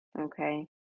Okay